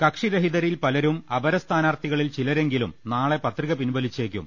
കക്ഷി രഹിത രിൽ പലരും അപര സ്ഥാനാർത്ഥികളിൽ ചിലരെങ്കിലും നാളെ പത്രിക പിൻവലിച്ചേക്കും